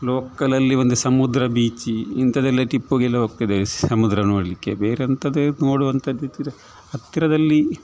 ಲೋಕಲಲ್ಲಿ ಒಂದು ಸಮುದ್ರ ಬೀಚಿ ಇಂಥದ್ದೆಲ್ಲ ಟಿಪ್ಪುಗೆಲ್ಲ ಹೋಗ್ತಿದ್ದೇವೆ ಸಮುದ್ರ ನೋಡಲಿಕ್ಕೆ ಬೇರೆ ಅಂತದೇ ನೋಡುವಂಥದ್ದು ಇದ್ದಿದ್ದರೆ ಹತ್ತಿರದಲ್ಲಿ